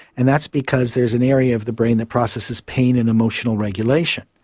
and that's because there is an area of the brain that processes pain and emotional regulation.